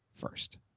first